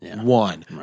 One